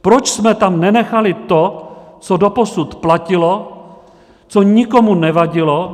Proč jsme tam nenechali to, co doposud platilo, co nikomu nevadilo?